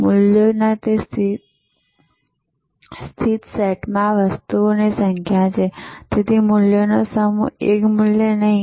મૂલ્યોના તે સ્થિતિ સેટમાં વસ્તુઓની સંખ્યા છે તેથી તે મૂલ્યોનો સમૂહ છે એક મૂલ્ય નહીં